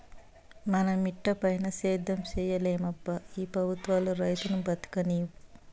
మన మిటపైన సేద్యం సేయలేమబ్బా ఈ పెబుత్వాలు రైతును బతుకనీవు